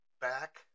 back